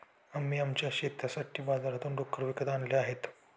आम्ही आमच्या शेतासाठी बाजारातून डुक्कर विकत आणले आहेत